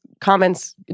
comments